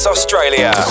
Australia